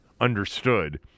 understood